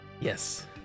Yes